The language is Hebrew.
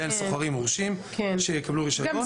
בין סוחרים מורשים שיקבלו רישיון.